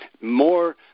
more